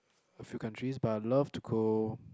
a few countries but I love to go